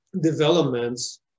developments